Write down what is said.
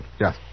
Yes